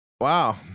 Wow